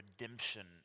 redemption